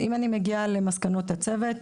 אני מגיעה למסקנות הצוות: